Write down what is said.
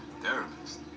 therapist